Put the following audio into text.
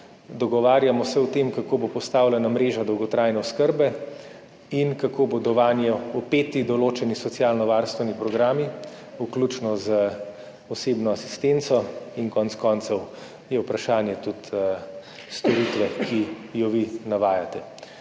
Dogovarjamo se o tem, kako bo postavljena mreža dolgotrajne oskrbe in kako bodo vanjo vpeti določeni socialnovarstveni programi, vključno z osebno asistenco, in konec koncev je tudi vprašanje storitve, ki jo vi navajate.